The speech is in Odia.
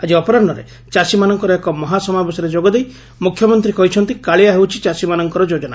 ଆଜି ଅପରାହ୍ବରେ ଚାଷୀମାନଙ୍କର ଏକ ମହାସମାବେଶରେ ଯୋଗଦେଇ ମୁଖ୍ୟମନ୍ତୀ କହିଚନ୍ତି କାଳିଆ ହେଉଛି ଚାଷୀମାନଙ୍କର ଯୋଜନା